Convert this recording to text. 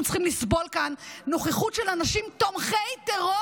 צריכים לסבול כאן נוכחות של אנשים תומכי טרור